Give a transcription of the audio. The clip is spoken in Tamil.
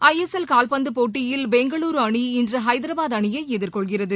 ஐ எஸ் எல் காவ்பந்து போட்டியில் பெங்களுரு அணி இன்று ஐதராபாத் அணியை எதிர்கொள்கிறது